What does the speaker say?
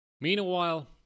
Meanwhile